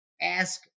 ask